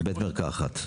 בית מרקחת,